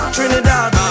Trinidad